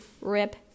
rip